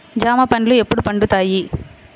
జామ పండ్లు ఎప్పుడు పండుతాయి?